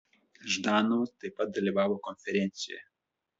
ždanovas taip pat dalyvavo konferencijoje